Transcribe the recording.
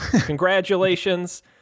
Congratulations